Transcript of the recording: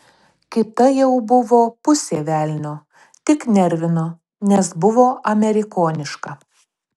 kita jau buvo pusė velnio tik nervino nes buvo amerikoniška